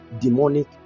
demonic